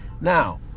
Now